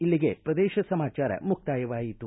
ಇಲ್ಲಿಗೆ ಪ್ರದೇಶ ಸಮಾಚಾರ ಮುಕ್ತಾಯವಾಯಿತು